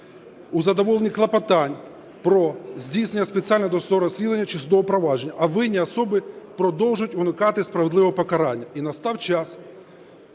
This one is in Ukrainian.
у задоволенні клопотань про здійснення спеціального досудового розслідування чи судового провадження, а винні особи продовжують уникати справедливого покарання. І настав час